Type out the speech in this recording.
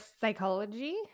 psychology